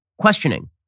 questioning